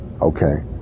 okay